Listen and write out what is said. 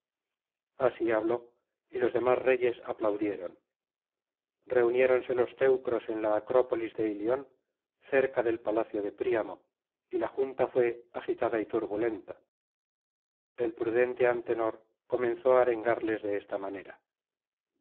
así habló y los demás reyes aplaudieron reuniéronse los teucros en la acrópolis de ilion cerca del palacio de príamo y la junta fué agitada y turbulenta el prudente antenor comenzó á arengarles de esta manera